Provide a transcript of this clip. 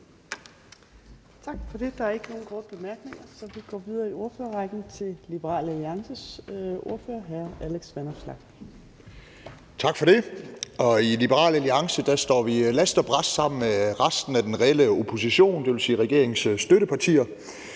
Tak for det. Der er ikke nogen korte bemærkninger. Så vi går videre i ordførerrækken til Liberal Alliances ordfører, hr. Alex Vanopslagh. Kl. 15:08 (Ordfører) Alex Vanopslagh (LA): Tak for det. I Liberal Alliances står vi last og brast sammen med resten af den reelle opposition, dvs. regeringens støttepartier,